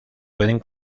pueden